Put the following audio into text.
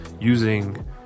using